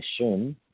assume